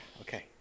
okay